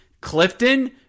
Clifton